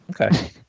Okay